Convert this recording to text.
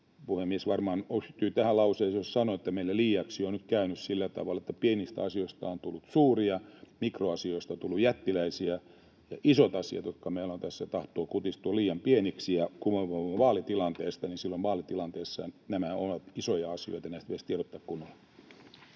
Puhemies varmaan yhtyy tähän lauseeseen, jos sanon, että meillä liiaksi on nyt käynyt sillä tavalla, että pienistä asioista on tullut suuria, mikroasioista on tullut jättiläisiä ja isot asiat, joita meillä on tässä, tahtovat kutistua liian pieniksi. Ja kun on kyse vaalitilanteesta, niin silloin vaalitilanteessa nämä ovat isoja asioita. Näistä pitäisi tiedottaa kunnolla.